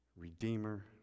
redeemer